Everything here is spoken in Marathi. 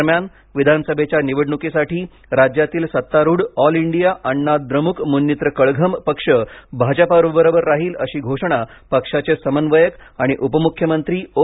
दरम्यान विधानसभेच्या निवडणुकीसाठी राज्यातील सत्तारूढ ऑल इंडिया आण्णा द्रमुक मुन्नीत्र कळघम पक्ष भाजपाबरोबर राहील अशी घोषणा पक्षाचे समन्वयक आणि उपमुख्यमंत्री ओ